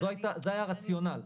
זה היה הרציונל.